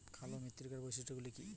কালো মৃত্তিকার বৈশিষ্ট্য গুলি কি কি?